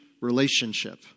relationship